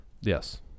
yes